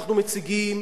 אנחנו מציגים